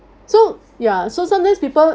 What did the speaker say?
so ya so sometimes people